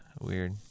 weird